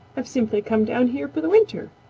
i've simply come down here for the winter.